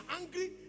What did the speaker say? angry